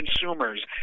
consumers